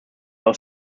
aus